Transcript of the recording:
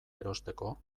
erosteko